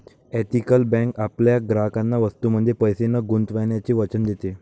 ethical bank आपल्या ग्राहकांना वस्तूंमध्ये पैसे न गुंतवण्याचे वचन देते